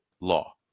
law